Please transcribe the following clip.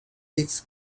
six